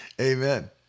amen